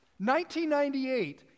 1998